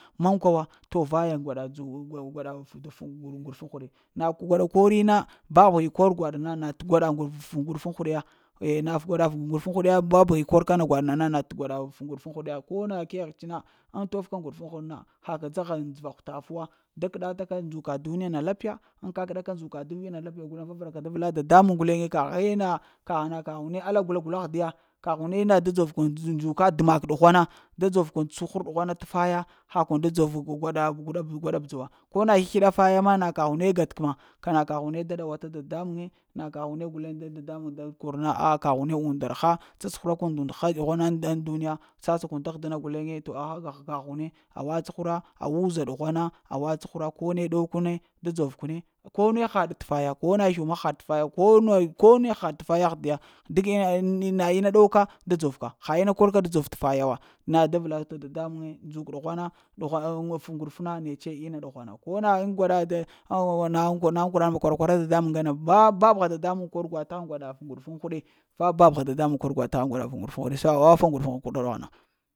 Mankwa wa, to vaya gwaɗa fət gwaɗa ŋguɗufuŋ huɗe, na gwada kori na, papəghi kor gwaɗ na na gwaɗa, gwada fə ŋguɗufuŋ huɗ ya, eh na gwaɗa fə ŋguɗufuŋ huɗ ya papəghi kor ta na gwaɗ na na gwaɗa fə ŋguɗugun huɗ ya ko na kəghəɗ-ts-na ŋ tof ka ŋguɗuguŋ huɗ na, ha ka dzaha ŋ dzəra hutaf wa da kəɗa taka ndzuka duniya lapiya ŋ kakəɗa ka ndzuka duniya na lapiya guleŋ vavəra ka da vəla damanuŋ guleŋe kaghe na ka hana kaghune alla gula-gula ahdiya kaghune na da dzor kun ndzoka dəmak ɗughwana ɗa dzov kun cuhura ɗughwana t'faya ha kun da dzor gwaɗa bədza wa, kona sləɗa faya ma na kaghune ga-t-kəma, ghana ka hune da ɗawa tata dadamuŋe, na kaghune guleŋ da dada muŋ da kor na ah ka ghune unda rəha tsacuhura run nda undha ɗughwana ŋ duniya sassa kun dah dəna guleŋe to aghaŋ, aha həga hune awa cuhura awa wuza ɗughwana awa cuhura kone ɗow kune da dzov kune ko ne hahaɗ t'faya ko ne kone haɗ tfaya ah diya duk ma mah ina ɗow ka da dzov ka ha ina kol ka da dzov t'faya wa, na da vəla ɗa ta dadamuŋe ndzuk ɗughwana-ɗugh fu ŋguɗuf na netse ina dughwana ko na ŋ gwaɗa, da ooh-ooh m maƙona, kwara-kwara dadamuŋ ŋgana-ba-bagha dadamuŋ kor gwaɗ t'haŋ gwaɗa fət-ŋguɗuguŋ huɗe fa pa pəgha dadamuŋ tahaŋ gwaɗa fə nguɗufuŋ huɗe fa papəgha dadamuŋ huɗe nesa awa fa ŋgudufuŋ huɗ ɗughwana